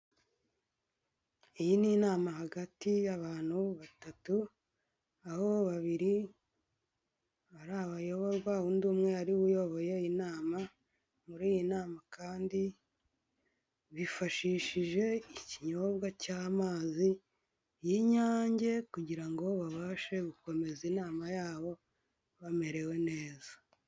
Iyi ni inama hagati y'abantu batatu, aho babiri ari abayoborwa, undi umwe ariwe uyoboye inama. Muri iyi nama kandi bifashishije ikinyobwa cy'amazi y'Inyange kugira ngo babashe gukomeza inama yabo bamerewe neza.